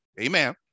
amen